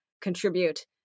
contribute